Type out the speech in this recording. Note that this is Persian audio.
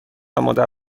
مادر